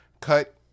Cut